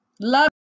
Love